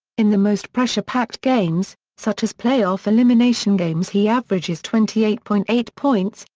in the most pressure packed games, such as playoff elimination games he averages twenty eight point eight points,